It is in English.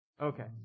Okay